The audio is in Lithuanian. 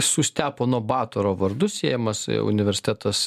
su stepono batoro vardu siejamas universitetas